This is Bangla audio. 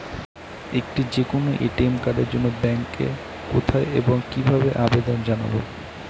একটি যে কোনো এ.টি.এম কার্ডের জন্য ব্যাংকে কোথায় এবং কিভাবে আবেদন জানাব?